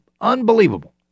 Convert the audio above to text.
unbelievable